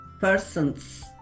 person's